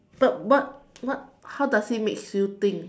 but what what how does it makes you think